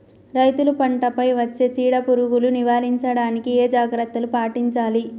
రైతులు పంట పై వచ్చే చీడ పురుగులు నివారించడానికి ఏ జాగ్రత్తలు పాటించాలి?